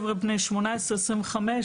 בני 18 או 25,